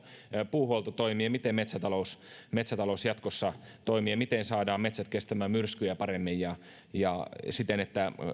puuhuolto toimii ja miten metsätalous metsätalous jatkossa toimii sekä miten saadaan metsät kestämään myrskyjä paremmin ja ja siten että